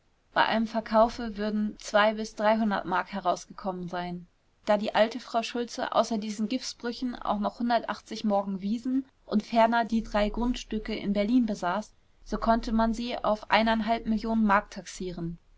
bei einem verkaufe würden m herausgekommen sein da die alte frau schultze außer diesen gipsbrüchen auch noch morgen wiesen und ferner die drei grundstücke in berlin besaß so konnte man sie auf millionen mark taxieren